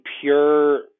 pure